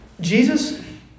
Jesus